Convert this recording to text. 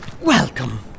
Welcome